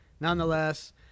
nonetheless